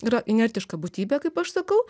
yra inertiška būtybė kaip aš sakau